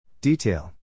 Detail